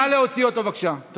נא להוציא אותו, בבקשה.